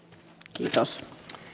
kiitos